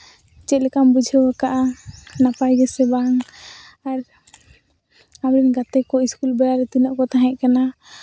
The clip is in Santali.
ᱪᱮᱫ ᱞᱮᱠᱟᱢ ᱵᱩᱡᱷᱟᱹᱣ ᱠᱟᱜᱼᱟ ᱱᱟᱯᱟᱭ ᱜᱮᱥᱮ ᱵᱟᱝ ᱟᱨ ᱟᱢᱨᱮᱱ ᱜᱟᱛᱮ ᱠᱚ ᱥᱠᱩᱞ ᱵᱮᱲᱟ ᱨᱮ ᱛᱤᱱᱟᱹᱜ ᱠᱚ ᱛᱟᱦᱮᱸ ᱠᱟᱱᱟ